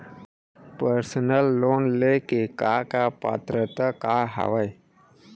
Personal loan ले के का का पात्रता का हवय?